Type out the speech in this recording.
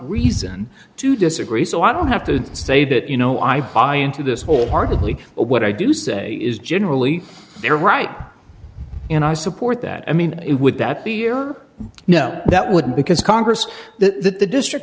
reason to disagree so i don't have to say that you know i buy into this wholeheartedly but what i do say is generally they're right and i support that i mean it would that be year no that wouldn't because congress that the district